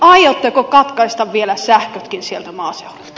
aiotteko katkaista vielä sähkötkin sieltä maaseudulta